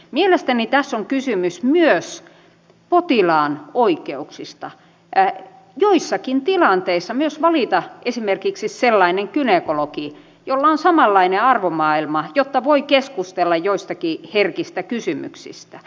mielestäni tässä on kysymys myös potilaan oikeuksista joissakin tilanteissa valita esimerkiksi sellainen gynekologi jolla on samanlainen arvomaailma jotta voi keskustella joistakin herkistä kysymyksistä